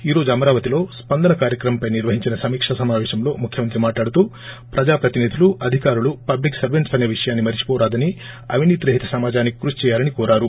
ఈ రోజు అమరావతిలో స్పందన కార్యక్రమంపై నిర్వహించిన సమికా సమావేశంలో ముఖ్యమంత్రి మాట్లాడుతూ ప్రజా ప్రతినిధులు అధికారులు పబ్లిక్ సర్వెంట్స్ అసే విషయాన్ని మరిచిపోరాదని అవినీతి రహిత సమాజానికి కృషి చేయాలని కోరారు